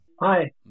Hi